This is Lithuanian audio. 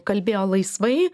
kalbėjo laisvai